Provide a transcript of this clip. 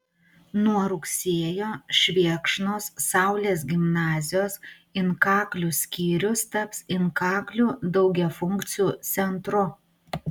nuo rugsėjo švėkšnos saulės gimnazijos inkaklių skyrius taps inkaklių daugiafunkciu centru